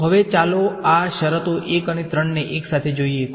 તો હવે ચાલો આ શરતો 1 અને 3 ને એકસાથે જોઈએ